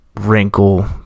wrinkle